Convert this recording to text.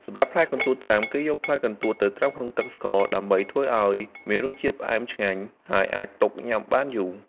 សម្រាប់កន្ទួតត្រាំ គេយកផ្លែកន្ទួតទៅត្រាំក្នុងទឹកស្ករ ដើម្បីធ្វើឲ្យមានរសជាតិផ្អែមឆ្ងាញ់ ហើយអាចទុកញ៉ាំបានយូរ។